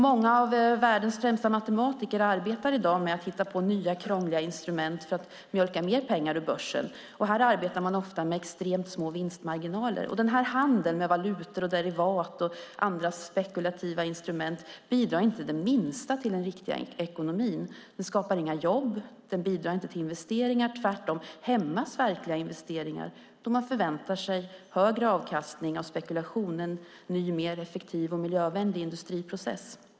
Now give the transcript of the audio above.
Många av världens främsta matematiker arbetar i dag med att hitta på nya krångliga instrument för att mjölka mer pengar ur börsen, och här arbetar man ofta med extremt små vinstmarginaler. Denna handel med valutor, derivat och andra spekulativa instrument bidrar inte det minsta till den riktiga ekonomin. Den skapar inga jobb, och den bidrar inte till investeringar. Tvärtom hämmas verkliga investeringar då man förväntar sig högre avkastning av spekulation än en ny mer effektiv och miljövänlig industriprocess.